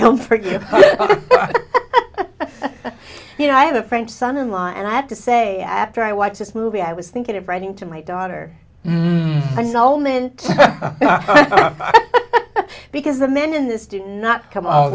film for you you know i have a french son in law and i have to say after i watch this movie i was thinking of writing to my daughter i know men because the men in this do not come